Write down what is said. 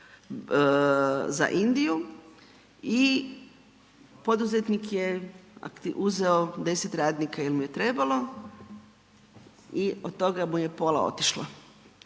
za Indiju i poduzetnik je uzeo 10 radnika jer mu je trebalo i od toga mu je pola otišlo.